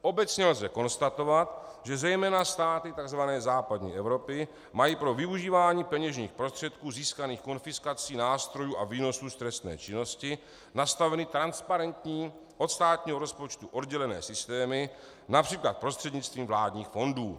Obecně lze konstatovat, že zejména státy tzv. západní Evropy mají pro využívání peněžních prostředků získaných konfiskací nástrojů a výnosů z trestné činnosti nastaveny transparentní, od státního rozpočtu oddělené systémy, například prostřednictvím vládních fondů.